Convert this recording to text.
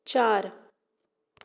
चार